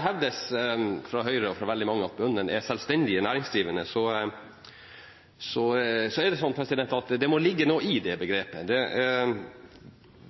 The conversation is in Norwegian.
hevdes fra Høyre og fra veldig mange andre at bøndene er selvstendig næringsdrivende, så er det slik at det må ligge noe i det begrepet.